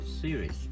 series